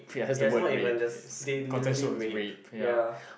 ya it's not even just they literally rape ya